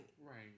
Right